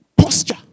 posture